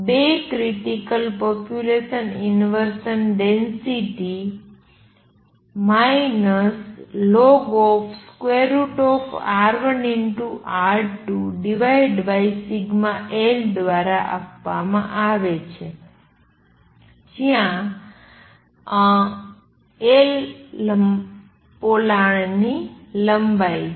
બે critical population inversion density ln√σL દ્વારા આપવામાં આવે છે જ્યાં L પોલાણની લંબાઈ છે